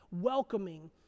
welcoming